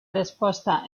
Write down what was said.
resposta